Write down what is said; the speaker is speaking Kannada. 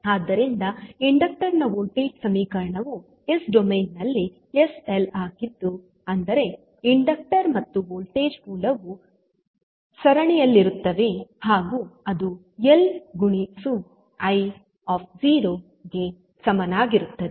ಆದ್ದರಿಂದ ಇಂಡಕ್ಟರ್ ನ ವೋಲ್ಟೇಜ್ ಸಮೀಕರಣವು ಎಸ್ ಡೊಮೇನ್ ನಲ್ಲಿ sL ಆಗಿದ್ದು ಅಂದರೆ ಇಂಡಕ್ಟರ್ ಮತ್ತು ವೋಲ್ಟೇಜ್ ಮೂಲವು ಸರಣಿಯಲ್ಲಿರುತ್ತವೆ ಹಾಗೂ ಅದು ಎಲ್ ಗುಣಿಸು i ಗೆ ಸಮನಾಗಿರುತ್ತದೆ